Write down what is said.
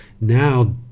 now